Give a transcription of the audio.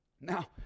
Now